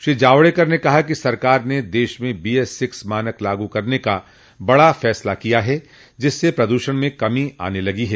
श्री जावडेकर ने कहा कि सरकार ने देश में बीएस सिक्स मानक लागू करन का बडा फैसला किया है जिससे प्रदूषण में कमी आने लगी है